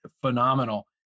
phenomenal